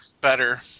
better